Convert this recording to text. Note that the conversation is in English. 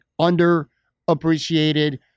underappreciated